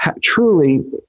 truly